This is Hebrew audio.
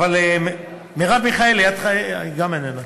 מרב מיכאלי, גם איננה.